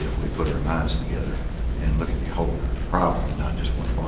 we put our minds together and look at the whole problem, not just one